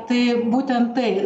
tai būtent tai